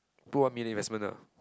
put one million investment lah